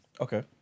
Okay